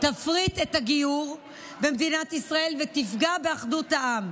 תפריט את הגיור במדינת ישראל ותפגע באחדות העם,